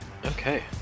Okay